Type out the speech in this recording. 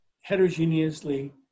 heterogeneously